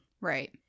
Right